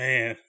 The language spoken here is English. Man